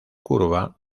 curva